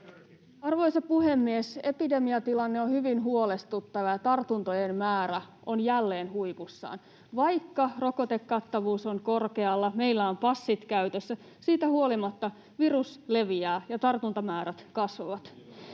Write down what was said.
Arvoisa puhemies! Epidemiatilanne on hyvin huolestuttava ja tartuntojen määrä on jälleen huipussaan. Vaikka rokotekattavuus on korkealla, meillä on passit käytössä, siitä huolimatta virus leviää ja tartuntamäärät kasvavat.